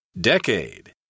Decade